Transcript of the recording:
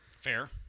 Fair